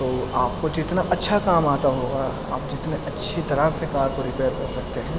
تو آپ کو جتنا اچھا کام آتا ہوگا آپ جتنے اچھی طرح سے کار کو ریپیئر کر سکتے ہیں